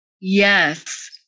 Yes